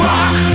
Rock